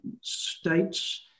states